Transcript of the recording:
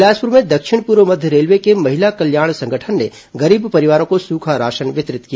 बिलासपुर में दक्षिण पूर्व मध्य रेलवे को महिला कल्याण संगठन ने गरीब परिवारों को सूखा राशन वितरित किया